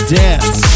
dance